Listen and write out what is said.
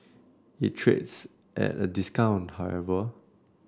it trades at a discount however